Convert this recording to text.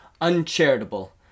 Uncharitable